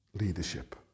leadership